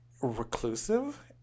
reclusive